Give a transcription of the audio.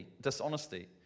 dishonesty